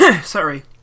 Sorry